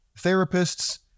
therapists